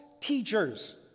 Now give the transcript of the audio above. teachers